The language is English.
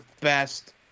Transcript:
best